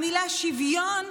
המילה "שוויון",